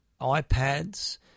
iPads